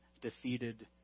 defeated